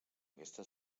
aquesta